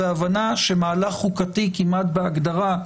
והבנה שמהלך חוקתי כמעט בהגדרה,